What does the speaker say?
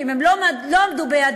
ואם הם לא עמדו ביעדים,